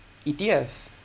E_T_F